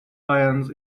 lions